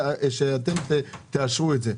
שאתם תאשרו את זה.